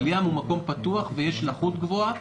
אבל ים הוא מקום פתוח ויש לחות גבוהה,